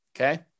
Okay